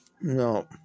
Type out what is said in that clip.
No